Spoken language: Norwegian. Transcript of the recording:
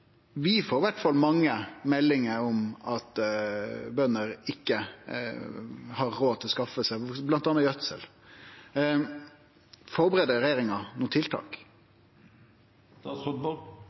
Vi får i alle fall mange meldingar om at bønder ikkje har råd til å skaffe seg bl.a. gjødsel. Forbereder regjeringa nokon tiltak?